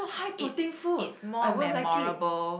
it's it's more memorable